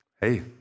Hey